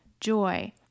joy